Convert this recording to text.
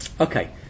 Okay